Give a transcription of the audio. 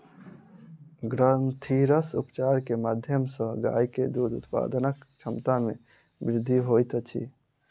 ग्रंथिरस उपचार के माध्यम सॅ गाय के दूध उत्पादनक क्षमता में वृद्धि होइत अछि